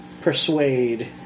Persuade